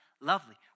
lovely